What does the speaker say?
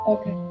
Okay